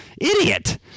idiot